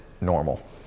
normal